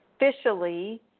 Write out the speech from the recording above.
officially